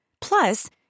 Plus